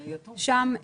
שם,